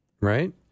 Right